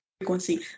frequency